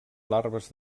larves